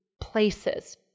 places